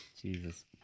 Jesus